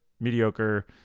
Mediocre